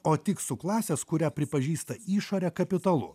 o tik su klasės kurią pripažįsta išorė kapitalu